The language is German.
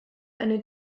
eine